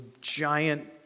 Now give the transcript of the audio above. giant